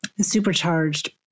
supercharged